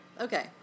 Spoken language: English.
Okay